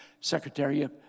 secretary